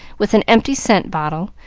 with an empty scent bottle,